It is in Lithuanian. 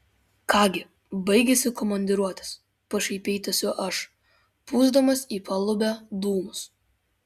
ką gi baigėsi komandiruotės pašaipiai tęsiu aš pūsdamas į palubę dūmus